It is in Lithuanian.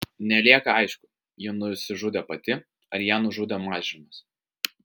nelieka aišku ji nusižudė pati ar ją nužudė mažrimas